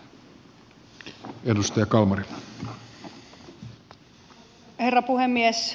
arvoisa herra puhemies